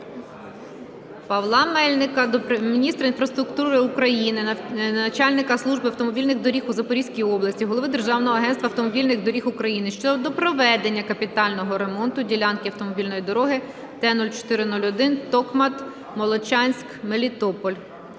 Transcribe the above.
Павла Мельника до міністра інфраструктури України, начальника Служби автомобільних доріг у Запорізькій області, Голови Державного агентства автомобільних доріг України щодо проведення капітального ремонту ділянки автомобільної дороги Т-04-01 (Токмак - Молочанськ - Мелітополь).